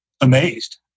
amazed